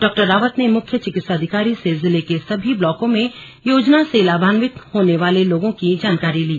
डॉ रावत ने मुख्य चिकित्साधिकारी से जिले के सभी ब्लाकों में योजना से लाभांवित होने वाले लोगों की जानकारी ली